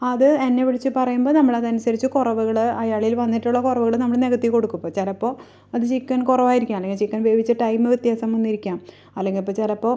അത് എന്നെ വിളിച്ച് പറയുമ്പം നമ്മൾ അതനുസരിച്ച് കുറവുകൾ അയാളിൽ വന്നിട്ടുള്ള കുറവുകൾ നമ്മൾ നികത്തി കൊടുക്കും ചിലപ്പോൾ അത് ചിക്കൻ കുറവായിരിക്കാം അല്ലെങ്കിൽ ചിക്കൻ വേവിച്ച ടൈമ് വ്യത്യാസം വന്നിരിക്കാം അല്ലെങ്കിൽ ഇപ്പം ചിലപ്പോൾ